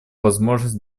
возможность